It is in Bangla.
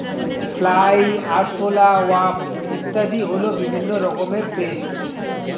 ফ্লাই, আরশোলা, ওয়াস্প ইত্যাদি হল বিভিন্ন রকমের পেস্ট